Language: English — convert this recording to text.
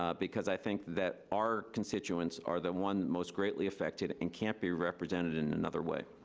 um because i think that our constituents are the ones most greatly affected and can't be represented in another way.